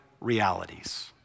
realities